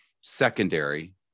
secondary